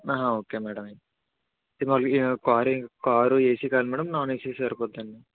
okay madam car car AC car madam non AC సరిపోద్దా అండి